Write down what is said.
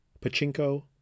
Pachinko